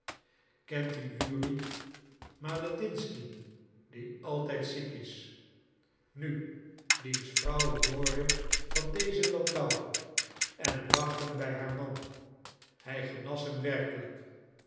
kent u juri maledinsky die altijd ziek is nu diens vrouw hoorde van dezen landau en bracht hem bij haar man hij genas hem werkelijk